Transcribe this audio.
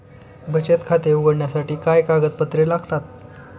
बचत खाते उघडण्यासाठी काय कागदपत्रे लागतात?